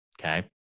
Okay